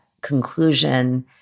conclusion